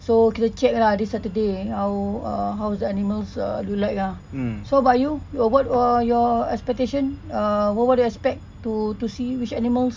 so kita check lah this saturday how how's the animals do like ah so about you what what your expectation uh what what you expect to to see which animals